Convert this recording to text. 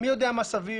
- מי יודע מה סביר?